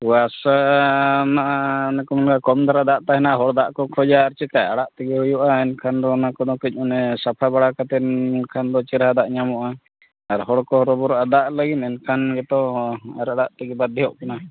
ᱠᱩᱣᱟᱥᱟᱢᱟ ᱚᱱᱮ ᱠᱚ ᱢᱮᱱᱟ ᱠᱚᱢ ᱫᱷᱟᱨᱟ ᱫᱟᱜ ᱛᱟᱦᱮᱱᱟ ᱦᱚᱲ ᱫᱟᱜ ᱠᱚ ᱠᱷᱚᱡᱟ ᱟᱨ ᱪᱮᱠᱟᱭᱟ ᱫᱟᱜ ᱟᱲᱟᱜ ᱛᱮᱜᱮ ᱦᱩᱭᱩᱜᱼᱟ ᱮᱱᱠᱷᱟᱱ ᱫᱚ ᱚᱱᱟ ᱠᱚᱫᱚ ᱠᱟᱹᱡ ᱥᱟᱯᱷᱟ ᱵᱟᱲᱟ ᱠᱟᱛᱮᱫ ᱮᱱᱠᱷᱟᱱ ᱫᱚ ᱪᱮᱨᱦᱟ ᱫᱟᱜ ᱧᱟᱢᱚᱜᱼᱟ ᱟᱨ ᱦᱚᱲ ᱠᱚ ᱦᱚᱨᱚᱵᱚᱨᱚᱜᱼᱟ ᱫᱟᱜ ᱞᱟᱹᱜᱤᱫ ᱮᱱᱠᱷᱟᱱ ᱜᱮᱛᱚ ᱟᱨᱚ ᱫᱟᱜ ᱛᱮᱜᱮ